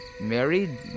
married